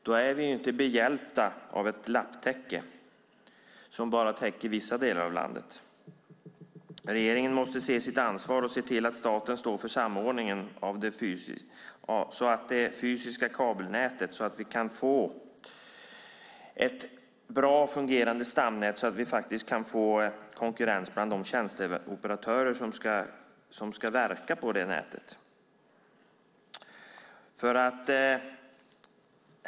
Då är vi inte behjälpta av ett lapptäcke som bara täcker vissa delar av landet. Regeringen måste ta sitt ansvar och se till att staten står för samordningen av det fysiska kabelnätet så att vi kan få ett bra fungerande stamnät. På så sätt kan vi få konkurrens mellan de tjänsteoperatörer som ska verka på nätet.